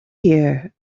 here